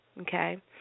okay